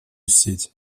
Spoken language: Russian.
сеть